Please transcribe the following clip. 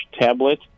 tablet